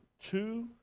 two